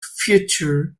features